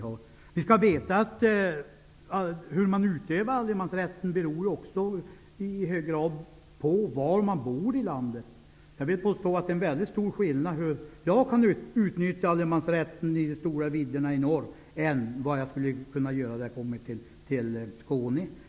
Hur man utnyttjar allemansrätten beror i hög grad på var i landet man bor, och jag vill påstå att det finns mycket stora skillnader. Jag kan utnyttja allemansrätten mera i de stora vidderna i norr än vad jag skulle kunna i Skåne.